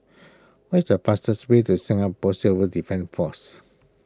where is the fastest way to Singapore Civil Defence force